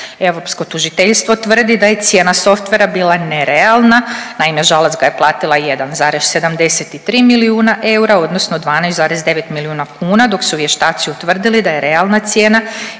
Europsko tužiteljstvo tvrdi da je cijena Softvera bila nerealna, naime Žalac ga je platila 1,73 milijuna eura odnosno 12,9 milijuna kuna dok su vještaci utvrdili da je realna cijena